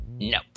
No